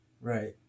right